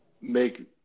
make